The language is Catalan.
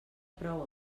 prou